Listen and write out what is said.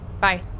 Bye